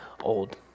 old